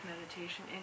meditation